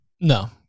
No